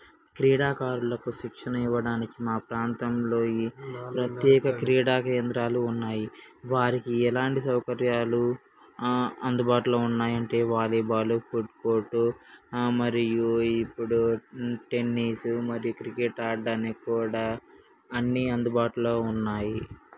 క్రీడాకారులకు శిక్షణ ఇవ్వడానికి మా ప్రాంతంలో ఈ ప్రత్యేకమైన క్రీడా కేంద్రాలు ఉన్నాయి వారికి ఎలాంటి సౌకర్యాలు అందుబాటులో ఉన్నాయి అంటే వాలీ బాల్ ఫుట్ బూటు మరియు ఇప్పుడు టెన్నిస్సు మరియు క్రికెట్ ఆడడానికి కూడా అన్ని అందుబాటులో ఉన్నాయి